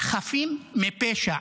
חפים מפשע.